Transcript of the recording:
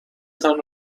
تان